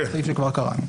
סעיף שכבר קראנו.